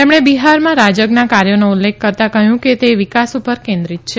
તેમણે બિહારમાં રાજગના કાર્યોનો ઉલ્લેખ કરતા કહ્યું કે તે વિકાસ પર કેન્દ્રિત છે